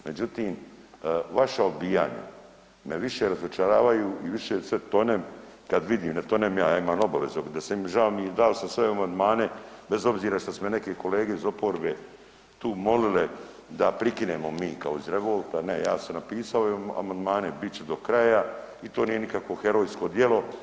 Međutim, vaša odbijanja me više razočaravaju i više sve tonem kad vidim, ne tonem ja, ja imam obaveze, žao mi je, dao sam sve amandmane bez obzira šta su me neke kolege iz oporbe tu molile da prikinemo mi kao iz revolta, ne ja sam napisao ove amandmane i bit ću do kraja i to nije nikakvo herojsko djelo.